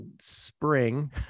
spring